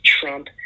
Trump